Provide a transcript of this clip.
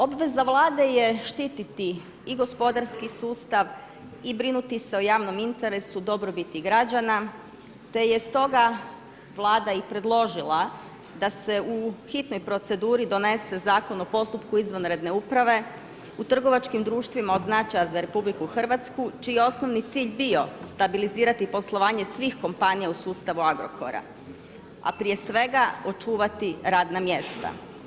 Obveza Vlade je štiti i gospodarski sustava i brinuti se o javnom interesu dobrobiti građana, te je stoga vlada i predložila da se u hitnoj proceduri donese Zakon o postupku izvanredne uprave, u trgovačkim društvima od značaja za RH, čiji je osnovni cilj bio, stabilizirati poslovanje svih kompanija u sustavu Agrokora, a prije svega očuvati radna mjesta.